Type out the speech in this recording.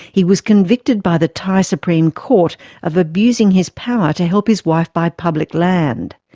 he was convicted by the thai supreme court of abusing his power to help his wife buy public land.